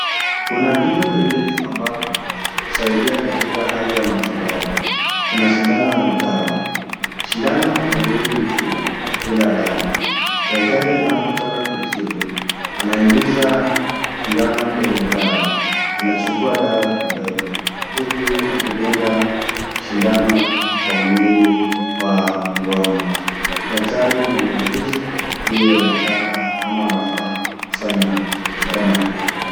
Kuna vitu viwili ambavyo husaidia katika hali ya matibabu: kuna sindano na dawa. Sindano haidungwi tu bila dawa. Daktari anapotaka kutibu, anaingiza sindano kwenye dawa, anachukua dawa kidogo, huku akidunga sindano kwa mwili wa mgonjwa. Daktari mwenye ujuzi ndiye anayetaka ama anafaa kufanya kitu kama hiyo.